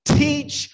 teach